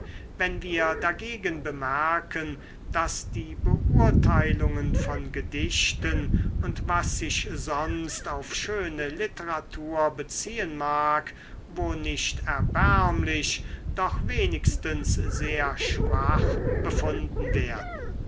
wenn wir dagegen bemerken daß die beurteilungen von gedichten und was sich sonst auf schöne literatur beziehen mag wo nicht erbärmlich doch wenigstens sehr schwach befunden werden